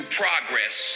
progress